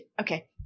Okay